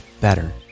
better